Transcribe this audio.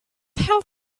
help